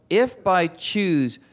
if by choose,